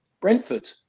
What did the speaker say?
Brentford